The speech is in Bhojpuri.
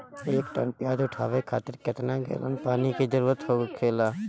एक टन प्याज उठावे खातिर केतना गैलन पानी के जरूरत होखेला?